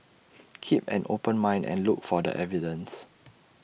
keep an open mind and look for the evidence